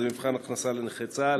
זה מבחן הכנסה לנכי צה"ל.